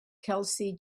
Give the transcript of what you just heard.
kelsey